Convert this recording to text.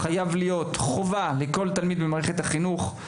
צריך להיות חובה לכל תלמיד במערכת החינוך.